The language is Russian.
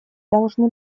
должны